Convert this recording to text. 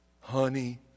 Honey